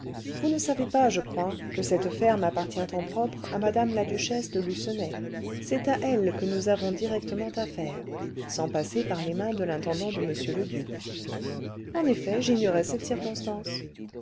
vous ne savez pas je crois que cette ferme appartient en propre à mme la duchesse de lucenay c'est à elle que nous avons directement affaire sans passer par les mains de l'intendant de m le duc en effet j'ignorais cette circonstance